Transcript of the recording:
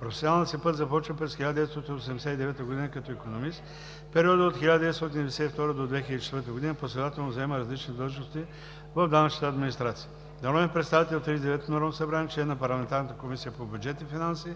Професионалния си път започва през 1989 г. като икономист. В периода от 1992 г. до 2004 г. последователно заема различни длъжности в данъчната администрация. Народен представител в 39-ото Народно събрание. Член на парламентарната Комисия по бюджет и финанси,